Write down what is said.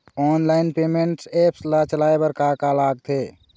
Online payment apps ला चलाए बार का का लगथे?